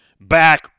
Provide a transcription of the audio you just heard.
back